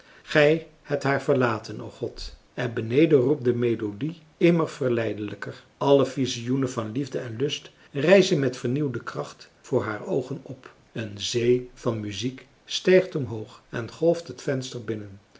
gij hebt haar verlaten o god en beneden roept de melodie immer verleidelijker alle visioenen van liefde en lust rijzen met vernieuwde kracht voor haar oogen op een zee van muziek stijgt omhoog en golft het venster binnen